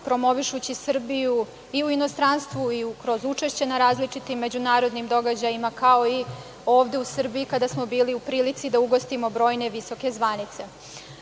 promovišući Srbiju i u inostranstvu i kroz učešće na različitim međunarodnim događajima, kao i ovde u Srbiji, kada smo bili u prilici da ugostimo brojne visoke zvanice. Upravo